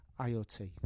IoT